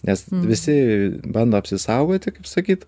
nes visi bando apsisaugoti kaip sakyt